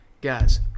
Guys